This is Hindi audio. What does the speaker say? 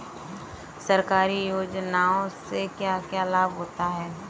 सरकारी योजनाओं से क्या क्या लाभ होता है?